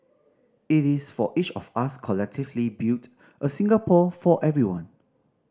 it is for each of us collectively build a Singapore for everyone